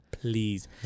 Please